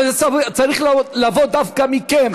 זה צריך לבוא דווקא מכם.